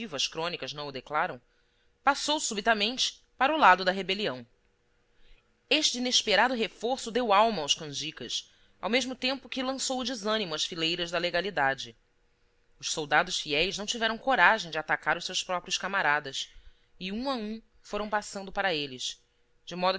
o motivo as crônicas não o declaram passou subitamente para o lado da rebelião este inesperado reforço deu alma aos canjicas ao mesmo tempo que lançou o desanimo às fileiras da legalidade os soldados fiéis não tiveram coragem de atacar os seus próprios camaradas e um a um foram passando para eles